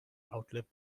outlive